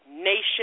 nation